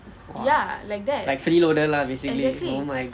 like free loader lah basically oh my god